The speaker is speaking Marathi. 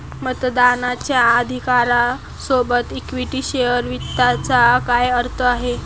मतदानाच्या अधिकारा सोबत इक्विटी शेअर वित्ताचा काय अर्थ आहे?